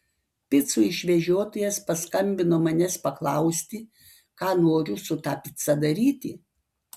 picų išvežiotojas paskambino manęs paklausti ką noriu su ta pica daryti